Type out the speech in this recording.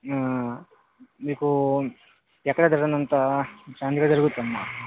మీకు ఎక్కడ జరగనంత గ్రాండ్ గా జరుగుతుంది మ్యామ్